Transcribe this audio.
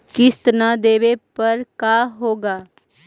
किस्त न देबे पर का होगा?